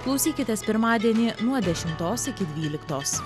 klausykitės pirmadienį nuo dešimtos iki dvyliktos